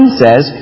says